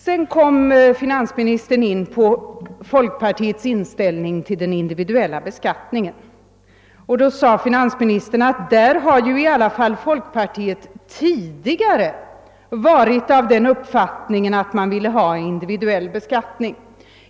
Sedan kom finansministern in på folkpartiets inställning till den individuella beskattningen. Då sade finansministern, att där har i alla fall folkpartiet tidigare varit av den uppfattningen att man velat ha individuell beskattning.